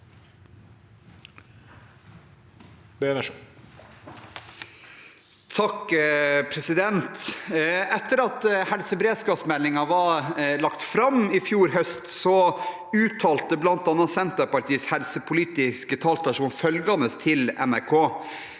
(H) Etter at helsebe- redskapsmeldingen var lagt fram i fjor høst, uttalte bl.a. Senterpartiets helsepolitiske talsperson følgende til NRK: